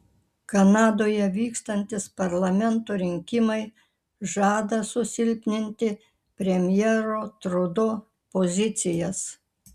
kanadoje vykstantys parlamento rinkimai žada susilpninti premjero trudo pozicijas